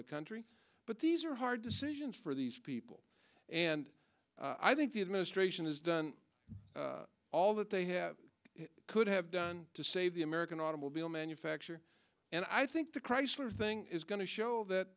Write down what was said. the country but these are hard decisions for these people and i think the administration has done all that they have it could have done to save the american automobile manufacturer and i think the chrysler thing is going to show that